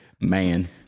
Man